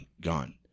gone